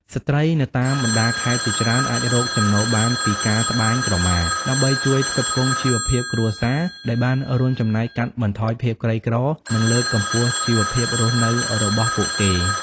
ស្ត្រីនៅតាមបណ្តាខេត្តជាច្រើនអាចរកចំណូលបានពីការត្បាញក្រមា ដើម្បីជួយផ្គត់ផ្គង់ជីវភាពគ្រួសារ ដែលបានរួមចំណែកកាត់បន្ថយភាពក្រីក្រ និងលើកកម្ពស់ជីវភាពរស់នៅរបស់ពួកគេ។